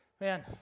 man